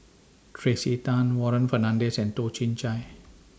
Tracey Tan Warren Fernandez and Toh Chin Chye